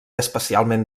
especialment